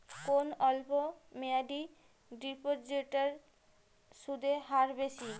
কোন অল্প মেয়াদি ডিপোজিটের সুদের হার বেশি?